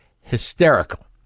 hysterical